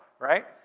right